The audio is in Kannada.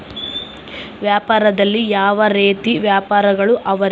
ವ್ಯಾಪಾರದಲ್ಲಿ ಯಾವ ರೇತಿ ವ್ಯಾಪಾರಗಳು ಅವರಿ?